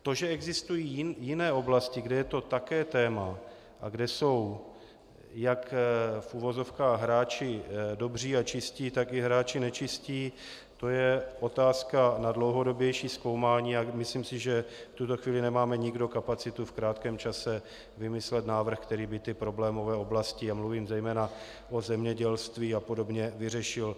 To, že existují jiné oblasti, kde je to také téma, kde jsou jak v uvozovkách hráči dobří a čistí, tak i hráči nečistí, to je otázka na dlouhodobější zkoumání a myslím si, že v tuto chvíli nemáme nikdo kapacitu v krátkém čase vymyslet návrh, který by ty problémové oblasti, a mluvím zejména o zemědělství apod., vyřešil.